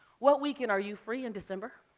what weekend are you free in december?